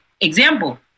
example